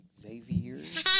Xavier